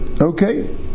Okay